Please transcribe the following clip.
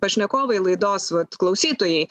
pašnekovai laidos vat klausytojai